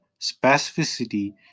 specificity